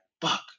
fuck